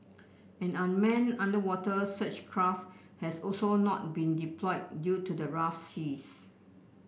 and an manned underwater search craft has also not been deployed due to the rough seas